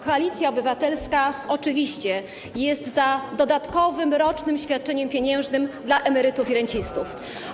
Koalicja Obywatelska oczywiście jest za dodatkowym rocznym świadczeniem pieniężnym dla emerytów i rencistów.